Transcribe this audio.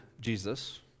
Jesus